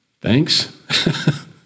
Thanks